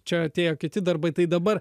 čia atėjo kiti darbai tai dabar